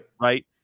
right